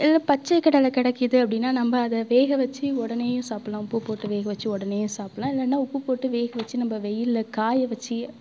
இல்லை பச்சை கடலை கிடைக்கிது அப்படின்னா நம்ப அதை வேக வச்சு உடனேயும் சாப்பிட்லாம் உப்பு போட்டு வேக வச்சு உடனேயும் சாப்பிட்லாம் இல்லைனா உப்பு போட்டு வேக வச்சு நம்ப வெயிலில் காய வச்சு